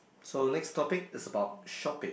so next topic is about shopping